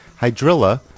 Hydrilla